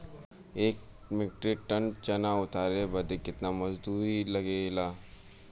एक metric ton चना उतारे बदे कितना मजदूरी लगे ला?